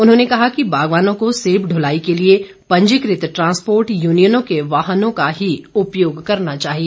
उन्होंने कहा कि बागवानों को सेब दुलाई के लिए पंजीकृत ट्रांसपोर्ट यूनियनों के वाहनों का ही उपयोग करना चाहिए